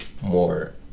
more